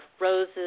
roses